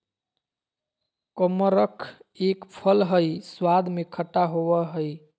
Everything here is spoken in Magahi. कमरख एक फल हई स्वाद में खट्टा होव हई